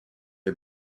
are